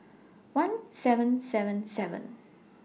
one seven seven seven